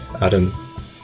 Adam